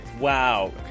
Wow